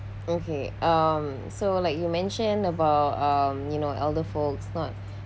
okay um so like you mentioned about um you know elder folks not